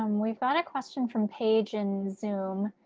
um we've got a question from paige in zoom.